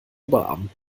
oberarm